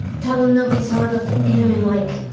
tell him nobody's heard of him in like